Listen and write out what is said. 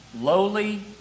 lowly